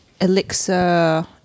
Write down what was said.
elixir